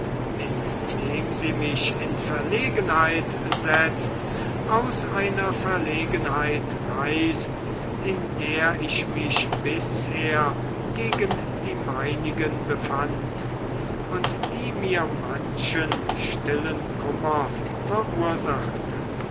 dem sie mich in verlegenheit setzt aus einer verlegenheit reißt in der ich mich bisher gegen die meinigen befand und die mir manchen stillen kummer verursachte